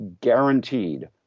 guaranteed